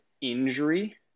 injury